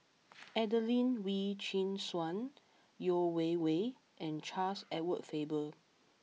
Adelene Wee Chin Suan Yeo Wei Wei and Charles Edward Faber